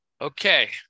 Okay